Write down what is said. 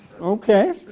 Okay